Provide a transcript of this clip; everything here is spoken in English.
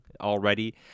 already